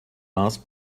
mass